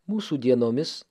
mūsų dienomis